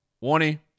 warning